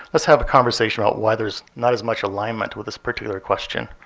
let's have a conversation about why there's not as much alignment with this particular question,